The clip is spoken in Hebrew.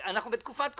אנחנו בתקופת קורונה.